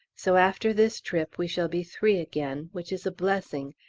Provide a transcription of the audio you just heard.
so after this trip we shall be three again, which is a blessing,